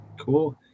Cool